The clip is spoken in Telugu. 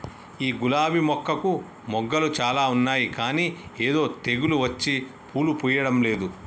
ఈ గులాబీ మొక్కకు మొగ్గలు చాల ఉన్నాయి కానీ ఏదో తెగులు వచ్చి పూలు పూయడంలేదు